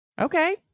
Okay